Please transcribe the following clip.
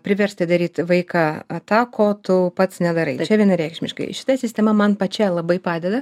priversti daryt vaiką tą ko tu pats nedarai čia vienareikšmiškai šita sistema man pačiai labai padeda